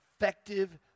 effective